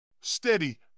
Steady